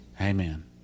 amen